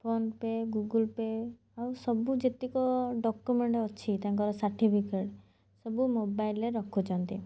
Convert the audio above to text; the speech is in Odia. ଫୋନ ପେ ଗୁଗୁଲ୍ ପେ ଆଉ ସବୁ ଯେତିକି ଡକ୍ୟୁମେଣ୍ଟ ଅଛି ତାଙ୍କର ସାର୍ଟିଫିକେଟ୍ ସବୁ ମୋବାଇଲରେ ରଖୁଛନ୍ତି